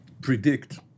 predict